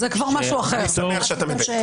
אני שמח שאתה מדייק.